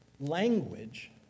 language